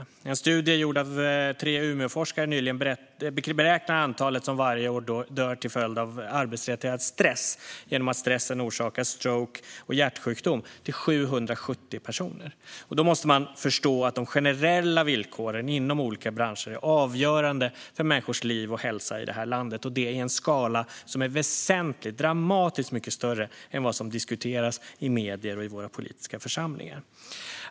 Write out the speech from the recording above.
I en nyligen gjord studie av tre Umeforskare beräknas antalet personer som dör till följd av arbetsrelaterad stress som orsakar stroke och hjärtsjukdom till 770 om året. Man måste förstå att de generella villkoren inom olika branscher är avgörande för människors liv och hälsa i det här landet och det i en skala som är dramatiskt mycket större än vad som diskuteras i medier och i våra politiska församlingar.